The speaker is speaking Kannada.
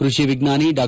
ಕೃಷಿ ವಿಜ್ಞಾನಿ ಡಾ